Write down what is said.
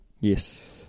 Yes